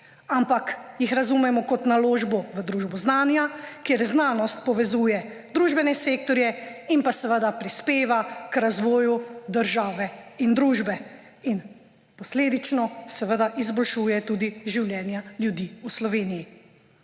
ampak jih razumemo kot naložbo v družbo znanja, kjer znanost povezuje družbene sektorje in seveda prispeva k razvoju države in družbe in posledično izboljšuje tudi življenja ljudi v Sloveniji.